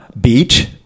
beach